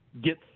get